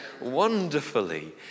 wonderfully